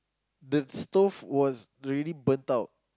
the stove was really burnt out